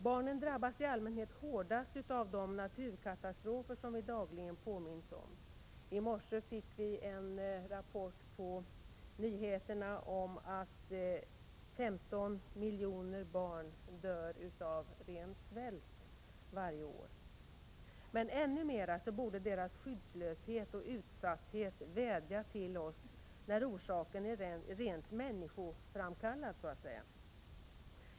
Barnen drabbas i allmänhet hårdast av de naturkatastrofer som vi dagligen påminns om — i morse fick vi i nyheterna en rapport om att 15 miljoner barn dör av ren svält varje år — men ännu mera borde deras skyddslöshet och utsatthet vädja till oss när orsaken är rent människoframkallad, så att säga.